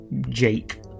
Jake